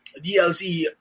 DLC